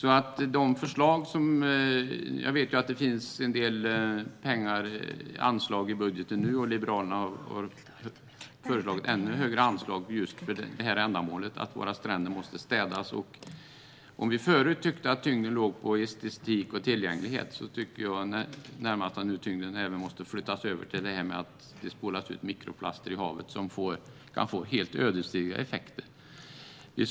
Jag vet att det finns en del pengar anslagna i budgeten. Liberalerna har föreslagit ännu större anslag just för detta ändamål, alltså att våra stränder måste städas. Om vi tidigare tyckte att tyngden låg på estetik och tillgänglighet anser jag att tyngden nu måste flyttas över även till frågan om att det spolas ut mikroplaster i havet, vilket kan få ödesdigra effekter.